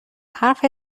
حرفت